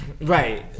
Right